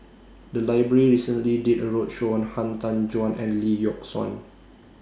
The Library recently did A roadshow on Han Tan Juan and Lee Yock Suan